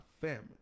family